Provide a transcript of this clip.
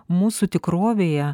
mūsų tikrovėje